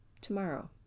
tomorrow